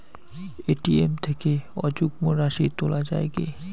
ATM থেকে অযুগ্ম রাশি তোলা য়ায় কি?